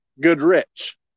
Goodrich